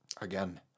again